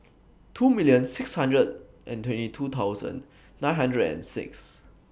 two million six hundred and twenty two thousand nine hundred and six